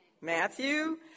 Matthew